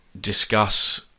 discuss